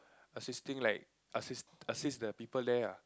assisting like assist assist the people there ah